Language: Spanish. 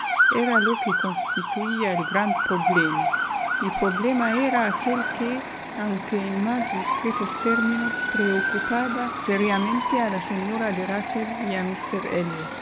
era lo que constituía el gran problema y problema era aquel que aunque en más discretos términos preocupaba seriamente a la señora de rusell y